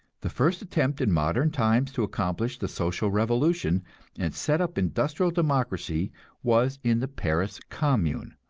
the first attempt in modern times to accomplish the social revolution and set up industrial democracy was in the paris commune.